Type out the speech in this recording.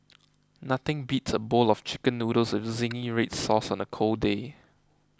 nothing beats a bowl of Chicken Noodles with Zingy Red Sauce on a cold day